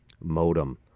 modem